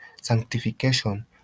Sanctification